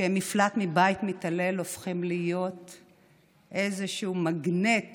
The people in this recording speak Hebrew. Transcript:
שהם מפלט מבית מתעלל, הופכים להיות איזשהו מגנט